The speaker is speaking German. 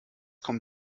kommt